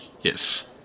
Yes